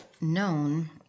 known